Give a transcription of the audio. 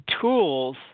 tools